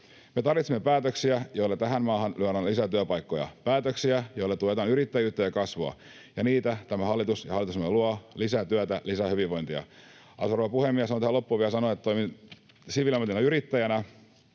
Me tarvitsemme päätöksiä, joilla tähän maahan luodaan lisää työpaikkoja, päätöksiä, joilla tuetaan yrittäjyyttä ja kasvua. Ja niitä tämä hallitus ja hallitusohjelma luo: lisää työtä, lisää hyvinvointia. Arvoisa rouva puhemies! Haluan tähän loppuun vielä sanoa, että toimin siviilielämässä yrittäjänä,